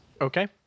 Okay